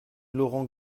laurent